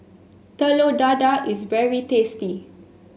Telur Dadah is very tasty